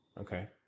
Okay